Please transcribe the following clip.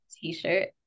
t-shirt